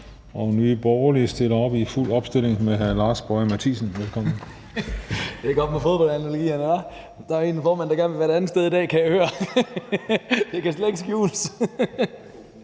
Velkommen. Kl. 18:34 (Ordfører) Lars Boje Mathiesen (NB): Det er godt med fodboldanalogier. Der er en formand, der gerne ville være et andet sted i dag, kan jeg høre. Det kan slet ikke skjules.